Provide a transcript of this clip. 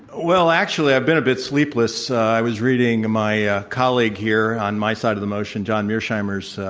well, actually i've been a bit sleepless. i was reading my ah colleague here on my side of the motion, john mearsheimer's,